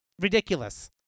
ridiculous